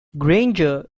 granger